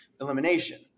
elimination